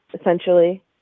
essentially